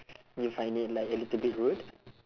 do you find it like a little bit rude